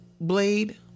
Blade